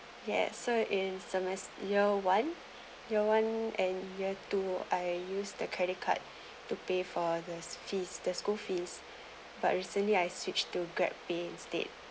yeah so in semes~ year one year one and year two I use the credit card to pay for the fees the school fees but recently I switched to grab pay instead